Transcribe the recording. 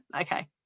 okay